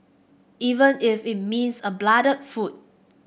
even if it means a bloodied foot